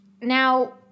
Now